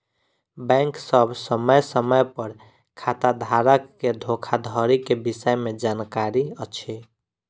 bank सभ समय समय पर खाताधारक के धोखाधड़ी के विषय में जानकारी अछि